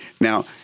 Now